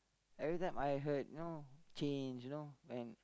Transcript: every time I heard you know change you know when